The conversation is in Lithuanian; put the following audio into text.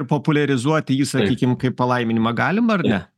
populiarizuoti jį sakykim kaip palaiminimą galim ar ne